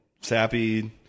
sappy